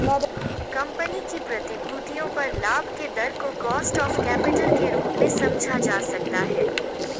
company की प्रतिभूतियों पर लाभ के दर को कॉस्ट ऑफ कैपिटल के रूप में समझा जा सकता है